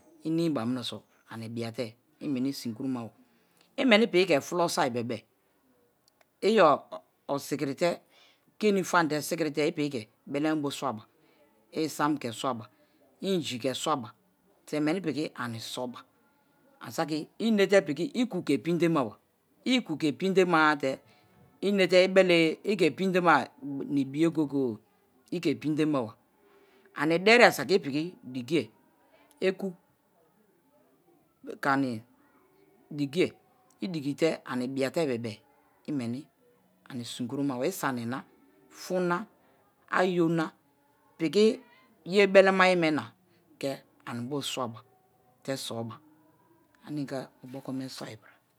Ini̱ mi̱ ba mineso ani̱ biate̱ imeni̱ si̱n kurumaba, imeni ke̱ piki fulo so bebe-e, iyo osikirite̱ kenifamate̱-e sikiri te̱e̱ ipiki ke̱ beleme bo̱ sunwabo isian ke̱ suwaba, inji ke̱ suwaba te̱ meni piki ane soba. Ani saki i̱ inete piki iku ke̱ pindemaba, i̱ i̱ku̱ ke̱ pindema-a te̱ i̱ i̱ne̱te̱ ibeleye ike pinde manibiye goye-goye ike̱ pinde̱ maba. Ani̱ dariye̱ saki i̱ piki dikiye̱, eku ke̱ ani̱ di̱kiye̱ idikite ani biatebe be̱e̱ imeni ani si̱n koromaba, sani na. fon na, ayo na piki ye̱ be̱le̱ maye̱ me̱ na anibio suwaba te̱ sawba ni i̱nke obokome̱ sawbara.